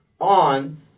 on